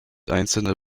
einzelne